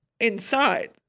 inside